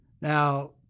Now